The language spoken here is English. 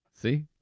See